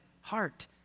heart